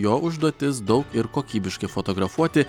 jo užduotis daug ir kokybiškai fotografuoti